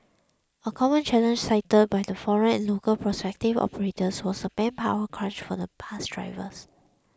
a common challenge cited by the foreign and local prospective operators was the manpower crunch for the bus drivers